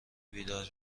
بیدار